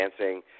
dancing